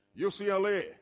ucla